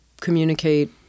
communicate